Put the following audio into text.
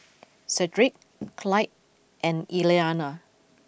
Sedrick Clide and Elliana